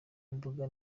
imboga